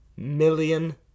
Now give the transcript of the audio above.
million